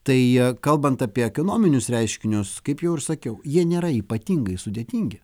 tai kalbant apie ekonominius reiškinius kaip jau ir sakiau jie nėra ypatingai sudėtingi